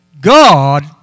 God